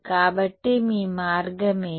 కాబట్టి మీ మార్గం ఏది